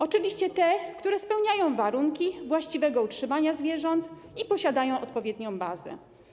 Oczywiście te, które spełniają warunki właściwego utrzymania zwierząt i mają odpowiednią bazę.